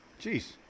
Jeez